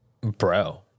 Bro